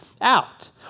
out